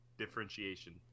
differentiation